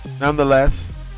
Nonetheless